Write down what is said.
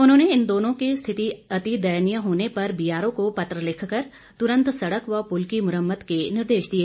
उन्होंने इन दोनों की स्थिति अति दयनीय होने पर बीआरओ को पत्र लिखकर तुरंत सडक व पुल की मुरम्मत के निर्देश दिए